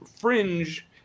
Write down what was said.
Fringe